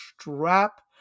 strap